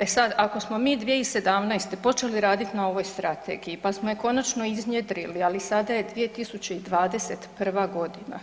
E sad, ako smo mi 2017. počeli radit na ovoj strategiji, pa smo je konačno iznjedrili, ali sada je 2021.g.,